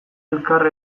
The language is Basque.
elkar